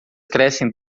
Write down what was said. crescem